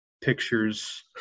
pictures